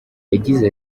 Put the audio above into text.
yagize